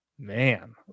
Man